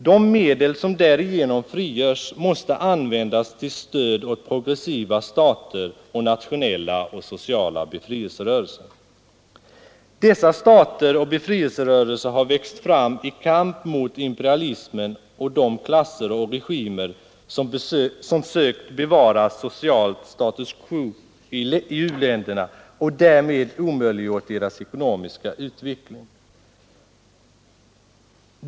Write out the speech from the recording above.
De medel som därigenom frigörs måste användas till stöd åt progressiva stater och nationella och sociala befrielserörelser. Dessa stater och befrielserörelser har växt fram i kamp mot imperialismen och de klasser och regimer som sökt bevara socialt status quo i u-länderna och därmed omöjliggjort deras ekonomiska utveckling.